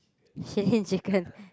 Shilin Chicken